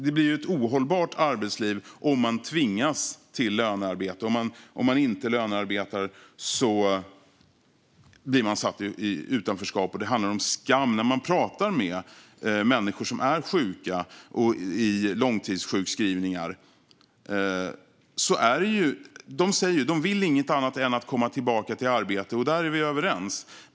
Det blir ett ohållbart arbetsliv om man tvingas till lönearbete och blir satt i utanförskap om man inte lönearbetar. Det handlar också om skam. När man pratar med människor som är sjuka och långtidssjukskrivna säger de att de inte vill något annat än att komma tillbaka i arbete. Där är vi överens.